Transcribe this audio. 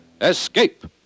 Escape